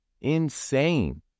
Insane